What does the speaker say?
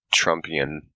Trumpian